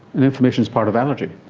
and inflammation's part of allergy.